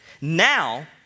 Now